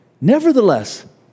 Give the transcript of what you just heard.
Nevertheless